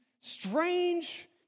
strange